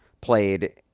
played